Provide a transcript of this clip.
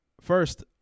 First